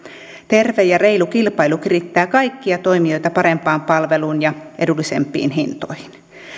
terve ja reilu kilpailu kirittää kaikkia toimijoita parempaan palveluun ja edullisempiin hintoihin